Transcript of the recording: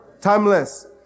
Timeless